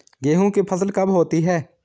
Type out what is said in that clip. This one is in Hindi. गेहूँ की फसल कब होती है?